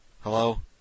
Hello